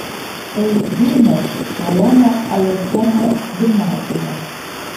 tai vilniaus šolomo aleichemo gimnazija